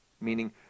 Meaning